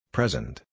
Present